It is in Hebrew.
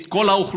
את כל האוכלוסייה?